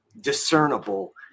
discernible